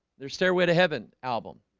there's stairway to heaven album